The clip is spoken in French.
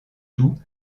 tout